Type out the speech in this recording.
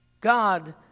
God